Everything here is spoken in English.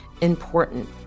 important